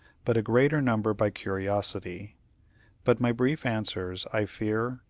but a greater number by curiosity but my brief answers, i fear,